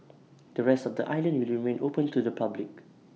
the rest of the island will remain open to the public